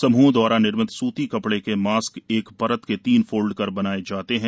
समूहों द्वारा निर्मित सूती कपडे के मास्क एक परत के तीन फोल्ड कर बनाए जाते हैं